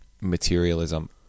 materialism